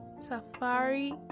safari